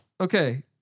Okay